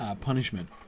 punishment